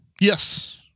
Yes